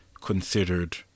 considered